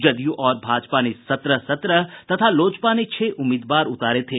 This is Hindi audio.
जदयू और भाजपा ने सत्रह सत्रह तथा लोजपा ने छह उम्मीदवार उतारे थे